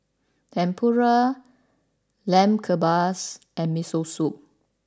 Tempura Lamb Kebabs and Miso Soup